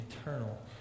eternal